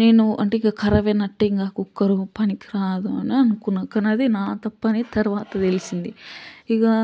నేను అంటే ఇంక కరాబ్ అయినట్టే ఇంక కుక్కర్ పనికిరాదు అనే అనుకున్నా కానీ అది నా తప్పు అని తర్వాత తెలిసింది ఇగ